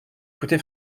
écouté